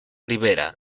rivera